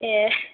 ए